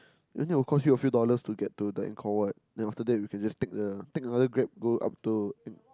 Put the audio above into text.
then it will cost you a few dollars to get to the Ankor-Wat then after that we can just a take another Grab go up to